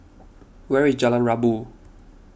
where is Jalan Rabu